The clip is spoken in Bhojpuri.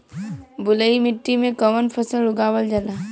बलुई मिट्टी में कवन फसल उगावल जाला?